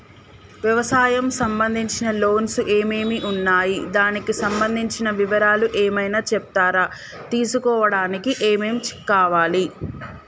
వ్యవసాయం సంబంధించిన లోన్స్ ఏమేమి ఉన్నాయి దానికి సంబంధించిన వివరాలు ఏమైనా చెప్తారా తీసుకోవడానికి ఏమేం కావాలి?